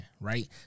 right